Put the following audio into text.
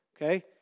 Okay